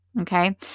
Okay